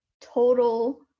total